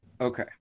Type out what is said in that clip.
Okay